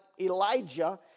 Elijah